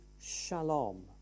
shalom